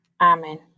Amen